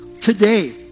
Today